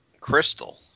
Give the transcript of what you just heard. Crystal